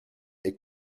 est